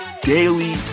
daily